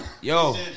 yo